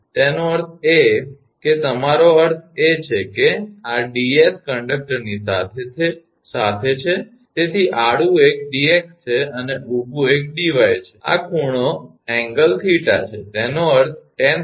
તેનો અર્થ એ છે કે તમારો અર્થ એ છે કે જો આ 𝑑𝑠 કંડકટરની સાથે છે તેથી આડૂં એક 𝑑𝑥 છે અને ઊભું એક 𝑑𝑦 છે અને આ ખૂણો 𝜃 છે તેનો અર્થ છે tan𝜃 𝑑𝑦𝑑𝑥